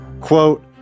quote